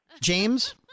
James